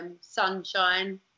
sunshine